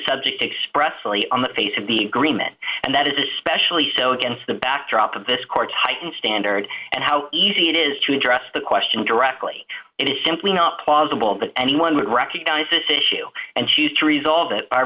subject expressly on the face of the agreement and that is especially so against the backdrop of this court's heightened standard and how easy it is to address the question directly it is simply not plausible that anyone would recognize this issue and choose to resolve it